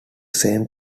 same